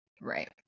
Right